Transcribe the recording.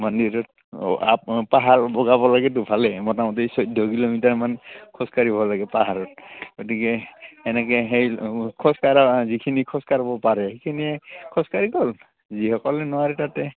মন্দিৰত অঁ পাহাৰ বগাব লাগেতো ভালেই মোটামুটি চৈধ্য কিলোমিটাৰমান খোজ কাঢ়িব লাগে পাহাৰত গতিকে এনেকৈ সেই খোজকঢ়া যিখিনি খোজকাঢ়িব পাৰে সেইখিনিয়ে খোজ কাঢ়ি গ'ল যিসকলে নোৱাৰে তাতে